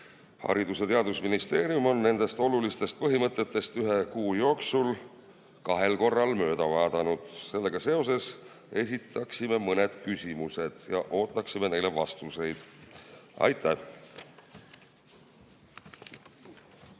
Haridus- ja Teadusministeerium on nendest olulistest põhimõtetest ühe kuu jooksul kahel korral mööda vaadanud. Sellega seoses esitaksime mõned küsimused ja ootaksime neile vastuseid. Aitäh!